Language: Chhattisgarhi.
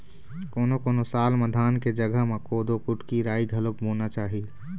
कोनों कोनों साल म धान के जघा म कोदो, कुटकी, राई घलोक बोना चाही